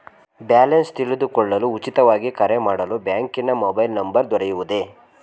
Balance ತಿಳಿದುಕೊಳ್ಳಲು ಉಚಿತವಾಗಿ ಕರೆ ಮಾಡಲು ಬ್ಯಾಂಕಿನ ಮೊಬೈಲ್ ನಂಬರ್ ದೊರೆಯುವುದೇ?